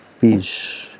peace